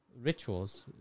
rituals